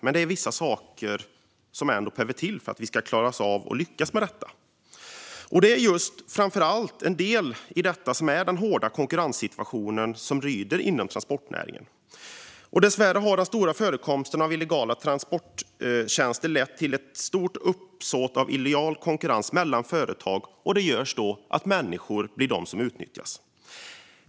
Men det är ändå vissa saker som behöver komma till för att vi ska lyckas med detta. En del gäller den hårda konkurrenssituation som råder inom transportnäringen. Dessvärre har den stora förekomsten av illegala transporttjänster lett till att det i stor utsträckning uppstått illojal konkurrens mellan företag, och detta gör att människor utnyttjas.